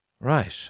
Right